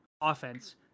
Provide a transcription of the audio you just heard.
offense